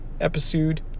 Episode